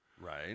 Right